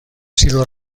sido